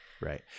Right